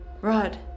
Rod